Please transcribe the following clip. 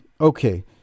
Okay